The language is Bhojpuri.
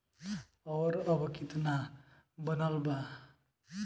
और अब कितना बनल बा?